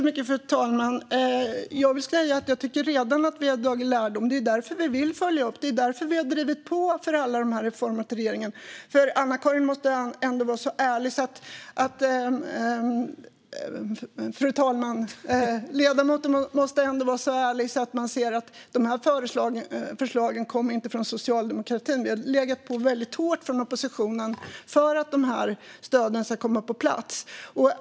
Fru talman! Jag tycker att vi redan har tagit lärdom. Det är därför vi vill följa upp. Det är därför vi har drivit på regeringen för alla de här reformerna. Ledamoten måste ändå vara så ärlig, fru talman, att hon ser att de här förslagen inte kom från socialdemokratin. Vi har legat på väldigt hårt från oppositionen för att de här stöden skulle komma på plats.